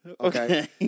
okay